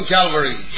Calvary